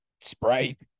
Sprite